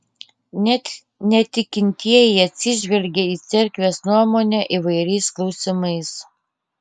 net netikintieji atsižvelgia į cerkvės nuomonę įvairiais klausimais